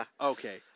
Okay